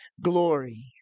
glory